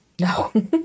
No